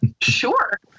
sure